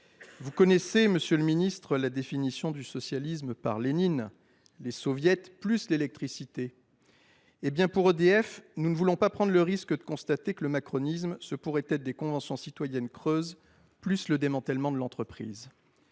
Vous connaissez, monsieur le ministre, la définition du socialisme par Lénine : les Soviets, plus l’électricité. Pour EDF, nous ne voulons pas prendre le risque de constater que le macronisme, ce sont des conventions citoyennes creuses, plus le démantèlement de l’entreprise.